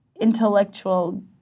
intellectual